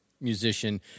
musician